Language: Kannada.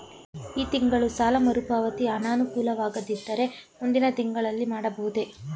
ಈ ತಿಂಗಳು ಸಾಲ ಮರುಪಾವತಿ ಅನಾನುಕೂಲವಾಗಿದ್ದರೆ ಮುಂದಿನ ತಿಂಗಳಲ್ಲಿ ಮಾಡಬಹುದೇ?